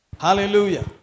Hallelujah